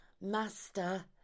Master